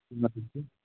نہیں تو